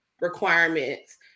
requirements